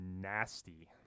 nasty